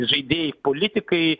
žaidėjai politikai